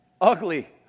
Ugly